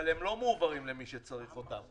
אבל הם לא מועברים למי שצריך אותם.